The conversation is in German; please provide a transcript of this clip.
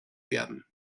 werden